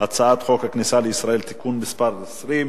חוק הכניסה לישראל (תיקון מס' 20),